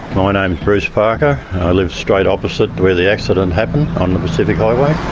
my name is bruce parker. i live straight opposite to where the accident happened on the pacific highway.